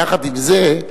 יחד עם זה,